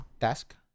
task